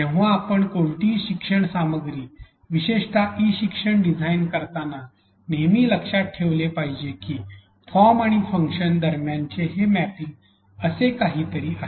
जेव्हा आपण कोणतीही शिक्षण सामग्री आणि विशेषत ई शिक्षणात डिझाइन करताना नेहमी लक्षात ठेवले पाहिजे की फॉर्म आणि फंक्शन दरम्यानचे हे मॅपिंग असे काहीतरी आहे